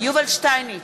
יובל שטייניץ,